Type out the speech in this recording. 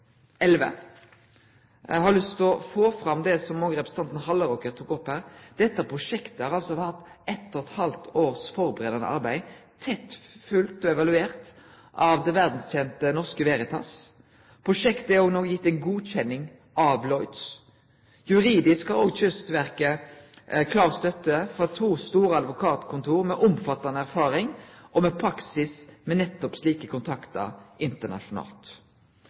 Eg har lyst til å få fram det som òg representanten Halleraker tok opp her, at dette prosjektet har hatt eit og eit halvt års førebuande arbeid, tett følgt og evaluert av det verdskjente Det Norske Veritas. Prosjektet er òg godkjent av Lloyd's. Juridisk har òg Kystverket klar støtte frå to store advokatkontor med omfattande erfaring med og praksis innanfor nettopp slike kontraktar internasjonalt.